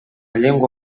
llengua